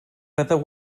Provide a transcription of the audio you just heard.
fyddai